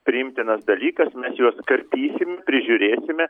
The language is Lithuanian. priimtinas dalykas mes juos karpysim prižiūrėsime